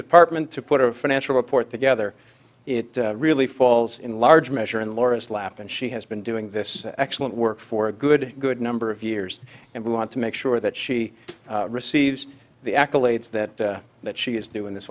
department to put a financial report together it really falls in large measure in laura's lap and she has been doing this excellent work for a good good number of years and we want to make sure that she receives the accolades that that she is doing this